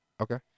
Okay